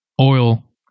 oil